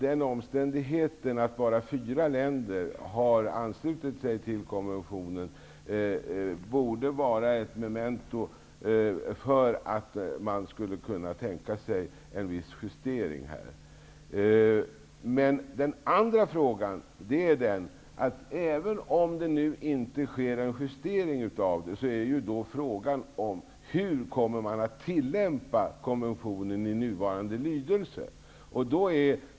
Den omständigheten att bara fyra länder har anslutit sig till konventionen borde vara ett memento för att man skulle kunna tänka sig en viss justering av konventionen. Men om det nu inte blir en justering av konventionen blir frågan hur man kommer att tillämpa konventionen i nuvarande lydelse.